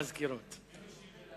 הרפורמה במינהל מקרקעי ישראל,